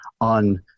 on